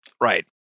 Right